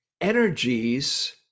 energies